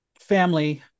family